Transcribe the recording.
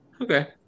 Okay